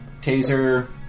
Taser